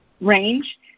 range